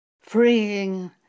freeing